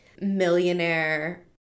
millionaire